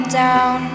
down